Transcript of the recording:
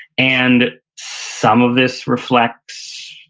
and some of this reflects